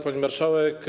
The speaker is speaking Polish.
Pani Marszałek!